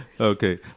Okay